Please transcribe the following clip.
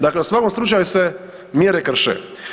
Dakle, u svakom slučaju se mjere krše.